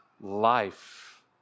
life